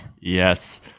Yes